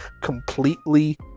completely